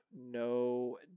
no